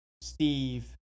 Steve